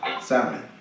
Salmon